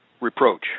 reproach